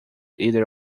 either